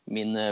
Min